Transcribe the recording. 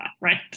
right